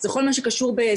זה כל מה שקשור בשכירויות.